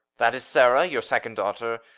that is sarah, your second daughter.